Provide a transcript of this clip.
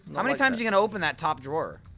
how many times you gonna open that top drawer?